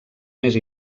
més